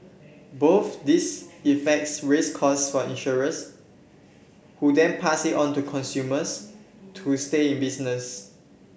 both these effects raise costs for insurers who then pass it on to consumers to stay in business